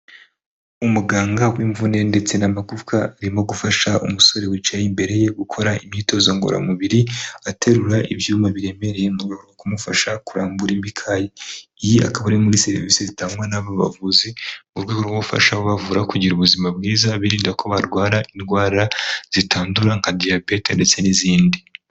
Umuganga w'imvune ndetse n'amagufwa arimo gufasha umusore wicaye imbere ye gukora imyitozo ngororamubiri, aterura ibyuma biremereye, mu rwego rwo kumufasha kurambura imikayi. Iyi akaba ari muri serivisi zitangwa n'abo bavuzi mu rwego rwo gufasha kubavura kugira ubuzima bwiza birinda ko barwara indwara zitandura nka Diabet ndetse n'izindi.